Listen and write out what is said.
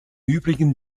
übrigen